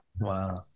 Wow